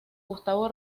gustavo